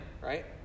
right